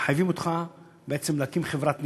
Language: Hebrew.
מחייבים אותך בעצם להקים חברת ניהול,